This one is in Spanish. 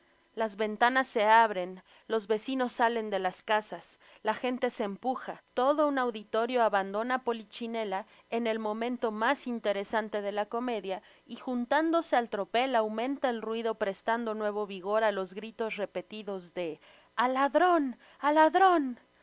las ventanas se abren los vecinos salen de las casas la gente se empuja todo un auditorio abandona polichinela en el momento mas interesante de la comedia y juntándose al tropel aumenta el ruido prestando nuevo vigor á los gritos repetidos de al ladron al ladron